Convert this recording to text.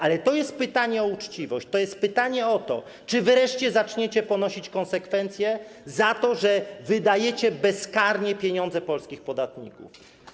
Ale to jest pytanie o uczciwość, to jest pytanie o to, czy wreszcie zaczniecie ponosić konsekwencje za to, że wydajecie bezkarnie pieniądze polskich podatników.